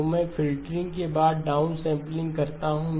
तो मैं फ़िल्टरिंग के बाद डाउनसैंपलिंग करता हूं